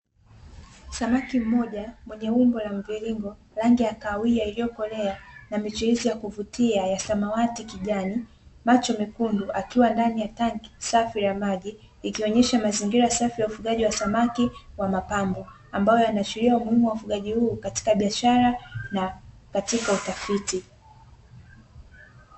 Samaki mmoja mwenye umbo la mviringo, rangi ya kahawia iliyokolea na michirizi ya kuvutia ya samawati, kijani, macho mekundu, akiwa ndani ya tanki safi la maji. Ikionyesha mazingira safi ya ufugaji wa samaki wa mapambo. Ambayo yanaashiria umuhimu wa ufugaji huu katika biashara na katika utafiti.